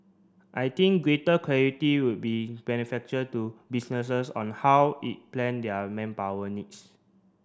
I think greater clarity would be to businesses on how it plan their manpower needs